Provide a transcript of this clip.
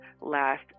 Last